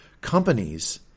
companies